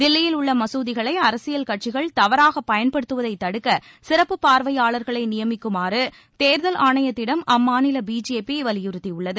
தில்லியில் உள்ள மகுதிகளை அரசியல் கட்சிகள் தவறாக பயன்படுத்துவதை தடுக்க சிறப்பு பார்வையாளர்களை நியமிக்குமாறு தேர்தல் ஆணையத்திடம் அம்மாநில பிஜேபி வலியுறுத்தியுள்ளது